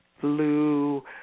blue